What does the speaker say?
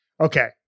Okay